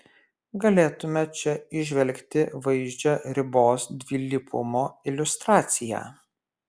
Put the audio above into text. galėtume čia įžvelgti vaizdžią ribos dvilypumo iliustraciją